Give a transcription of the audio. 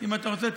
אם אתה רוצה,